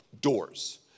doors